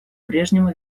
прежнему